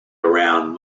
around